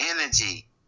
energy